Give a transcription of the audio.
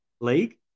league